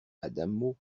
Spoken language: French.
adamo